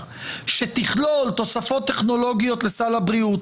שתכלול: תוספות טכנולוגיות לסל הבריאות,